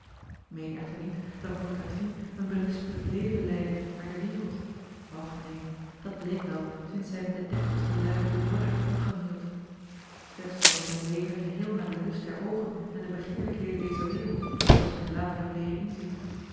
meen echter niet dat moei catrine een berispelijk leven leidde naar de wereld och neen dat bleek wel sinds zij met de deftigste luiden te dordrecht omgang hield slechts was het een leven geheel naar den lust der oogen en de begeerlijkheden dezer wereld zooals ik het later heb leeren inzien